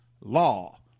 law